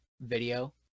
video